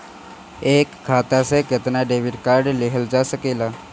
एक खाता से केतना डेबिट कार्ड लेहल जा सकेला?